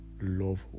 love